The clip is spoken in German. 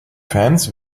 fans